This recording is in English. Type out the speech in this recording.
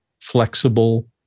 flexible